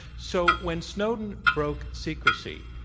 so when snowden broke secrecy,